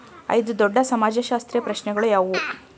ಐದು ದೊಡ್ಡ ಸಮಾಜಶಾಸ್ತ್ರೀಯ ಪ್ರಶ್ನೆಗಳು ಯಾವುವು?